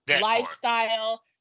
lifestyle